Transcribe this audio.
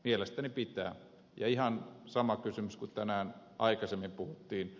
mielestäni pitää ja ihan sama kysymys kuin tänään aikaisemmin puhuttiin